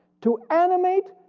to animate,